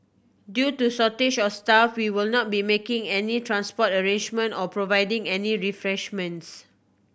due to shortage of staff we will not be making any transport arrangements or providing any refreshments